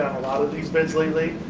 lot of these bids lately.